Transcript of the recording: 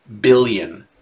billion